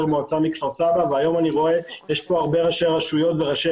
מועצה מכפר סבא והיום אני רואה שיש פה הרבה ראשי רשויות וראשי